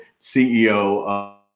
CEO